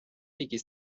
якісь